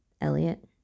Elliot